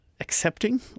accepting